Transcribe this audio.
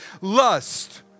lust